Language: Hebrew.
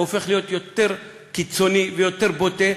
הופך להיות יותר קיצוני ויותר בוטה.